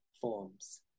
forms